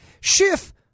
Schiff